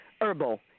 herbal